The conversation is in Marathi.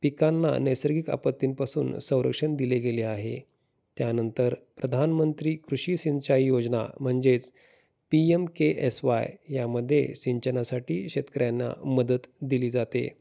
पिकांना नैसर्गिक आपत्तींपासून संरक्षण दिले गेले आहे त्यानंतर प्रधानमंत्री कृषी सिंचाई योजना म्हणजेच P M K S Y यामध्ये सिंचनासाठी शेतकऱ्यांना मदत दिली जाते